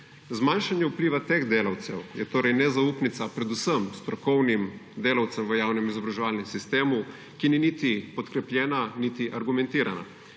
Zmanjšanje vpliva teh delavcev je torej nezaupnica predvsem strokovnim delavcem v javnem izobraževalnem sistemu, ki ni niti podkrepljena niti argumentirana.